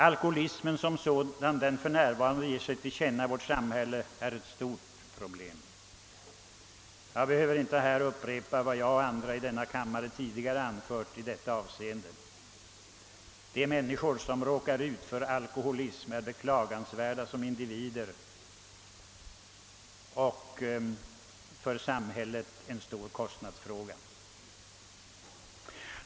Alkoholismen, sådan den för närvarande ger sig till känna i vårt samhälle, är ett stort problem. Jag behöver inte upprepa vad jag och andra i denna kammare anfört i detta avseende. De människor som råkar ut för alkoholism är beklagansvärda som individer, och för samhället medför de stora kostnader.